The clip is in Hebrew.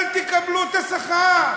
אל תקבלו את השכר.